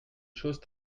chose